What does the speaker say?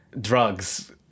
drugs